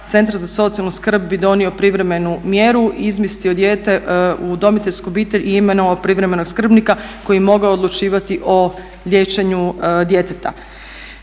Centar za socijalnu skrb bi donio privremenu mjeru i izmjestio dijete u udomiteljsku obitelj, imenovao privremenog skrbnika koji bi mogao odlučivati o liječenju djeteta.